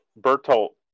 Bertolt